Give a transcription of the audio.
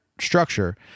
structure